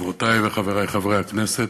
חברותי וחברי חברי הכנסת,